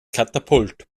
katapult